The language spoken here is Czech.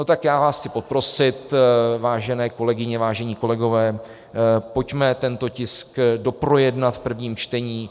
Tak já vás chci poprosit, vážené kolegyně, vážení kolegové, pojďme tento tisk doprojednat v prvním čtení.